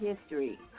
history